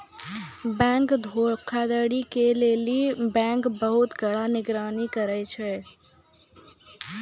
bank धोखाधड़ी के लेली बैंक बहुते कड़ा निगरानी करै छै